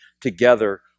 together